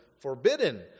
forbidden